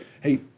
hey